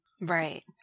Right